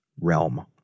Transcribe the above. realm